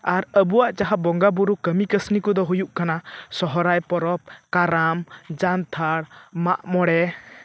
ᱟᱨ ᱟᱵᱚᱣᱟᱜ ᱡᱟᱦᱟᱸ ᱵᱚᱸᱜᱟᱼᱵᱩᱨᱩ ᱠᱟᱹᱢᱤ ᱠᱟᱹᱥᱱᱤ ᱠᱚᱫᱚ ᱦᱩᱭᱩᱜ ᱠᱟᱱᱟ ᱥᱚᱦᱚᱨᱟᱭ ᱯᱚᱨᱚᱵᱽ ᱠᱟᱨᱟᱢ ᱡᱟᱱᱛᱷᱟᱲ ᱢᱟᱜ ᱢᱚᱲᱮ